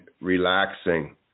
relaxing